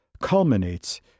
culminates